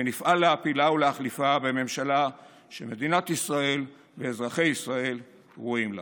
ונפעל להפילה ולהחליפה בממשלה שמדינת ישראל ואזרחי ישראל ראויים לה.